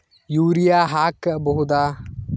Urea ಹಾಕ್ ಬಹುದ?